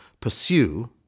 pursue